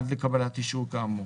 עד קבלת אישור כאמור,